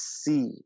see